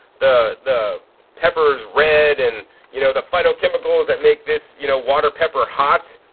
the, the peppers red and you know the phytochemicals that make this, you know, water pepper hot,